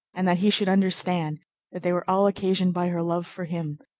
and that he should understand that they were all occasioned by her love for him,